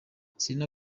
selena